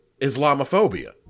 Islamophobia